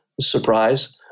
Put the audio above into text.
Surprise